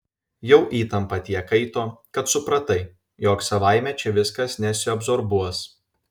jau įtampa tiek kaito kad supratai jog savaime čia viskas nesiabsorbuos